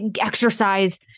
exercise